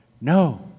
No